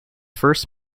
first